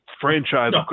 Franchise